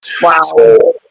Wow